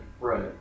Right